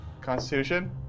Constitution